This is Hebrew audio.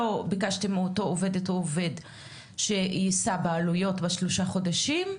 לא ביקשתם מאותה עובדת או עובד שיישא בעלויות בשלושה חודשים,